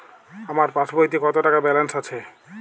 আমার পাসবইতে কত টাকা ব্যালান্স আছে?